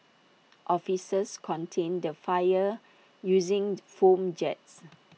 officers contained the fire using foam jets